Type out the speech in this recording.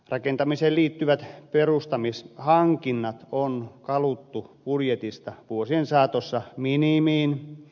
rakentamiseen liittyvät perustamishankinnat on kaluttu budjetista vuosien saatossa minimiin